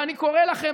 (קוראת בשמות חברי הכנסת)